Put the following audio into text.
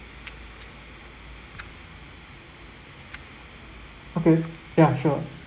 okay ya sure